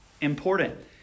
Important